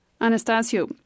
Anastasio